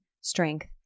strength